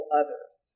others